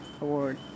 Award